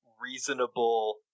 reasonable